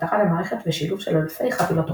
אבטחת המערכת ושילוב של אלפי חבילות תוכנה.